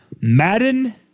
Madden